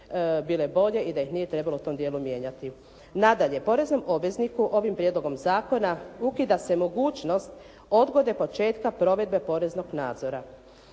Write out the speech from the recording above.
i da ih nije trebalo u tom dijelu mijenjati. Nadalje, poreznom obvezniku ovim prijedlogom zakona ukida se mogućnost odgode početka provedbe poreznog nadzora